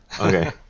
Okay